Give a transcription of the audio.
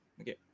Okay